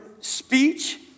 speech